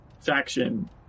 faction